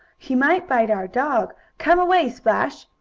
he might bite our dog! come away, splash!